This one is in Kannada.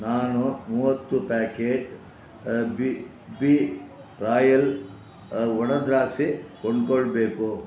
ನಾನು ಮೂವತ್ತು ಪ್ಯಾಕೆಟ್ ಬಿ ಬಿ ರಾಯಲ್ ಒಣದ್ರಾಕ್ಷಿ ಕೊಂಡ್ಕೊಳ್ಬೇಕು